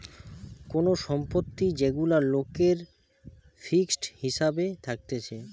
কোন সম্পত্তি যেগুলা লোকের ফিক্সড হিসাবে থাকতিছে